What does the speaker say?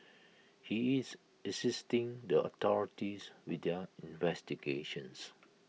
he is assisting the authorities with their investigations